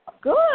Good